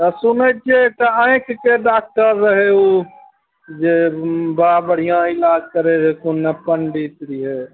तऽ सुनै छिए एकटा आँखिके डॉकटर रहै ओ जे बड़ा बढ़िआँ इलाज करै रहै कोन ने पण्डित रहिए